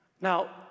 Now